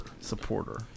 Supporter